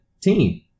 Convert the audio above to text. team